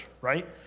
right